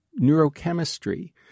neurochemistry